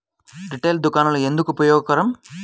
Retail దుకాణాలు ఎందుకు ఉపయోగకరం?